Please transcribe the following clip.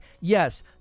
Yes